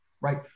right